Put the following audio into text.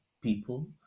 people